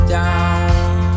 down